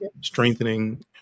strengthening